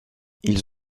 ils